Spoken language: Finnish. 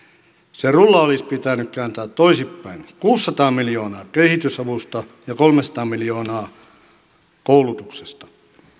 se rulla olisi pitänyt kääntää toisinpäin kuusisataa miljoonaa kehitysavusta ja kolmesataa miljoonaa koulutuksesta